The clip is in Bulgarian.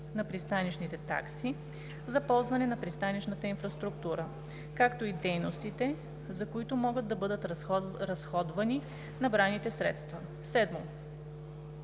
на пристанищните такси за ползване на пристанищната инфраструктура, както и дейностите, за които могат да бъдат разходвани набраните средства; 7.